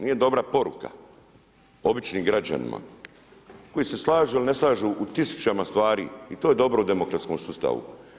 Nije dobra poruka običnim građanima, koji se slažu ili ne slažu u tisućama stvari i to je dobro u demografskom sustavu.